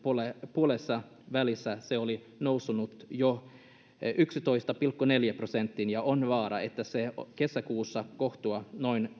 puolessavälissä se oli noussut jo yhteentoista pilkku neljään prosenttiin ja on vaara että se kesäkuussa kohoaa noin